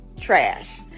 trash